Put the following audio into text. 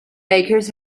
bakers